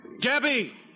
Gabby